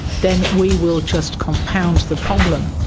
then we will just compound the problem.